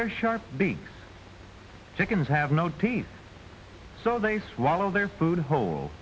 their sharp beaks chickens have no teeth so they swallow their food whole